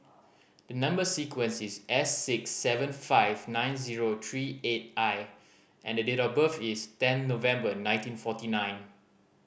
the number sequence is S six seven five nine zero three eight I and the date of birth is ten November nineteen forty nine